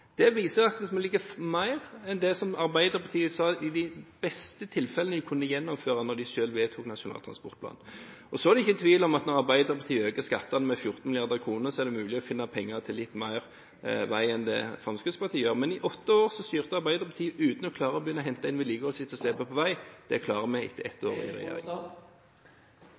Det viser at vi ligger lenger foran enn det som Arbeiderpartiet sa vi i beste fall kunne gjennomføre da de selv vedtok Nasjonal transportplan. Så er det ikke tvil om at når Arbeiderpartiet øker skattene med 14 mrd. kr, er det mulig å finne penger til litt mer vei enn det Fremskrittspartiet gjør, men Arbeiderpartiet styrte i åtte år uten å begynne å hente inn vedlikeholdsetterslepet på vei. Det klarer vi etter ett år.